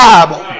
Bible